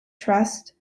trust